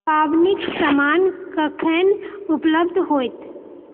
पाबनिक समान कखन उपलब्ध होयत